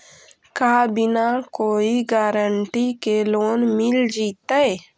का बिना कोई गारंटी के लोन मिल जीईतै?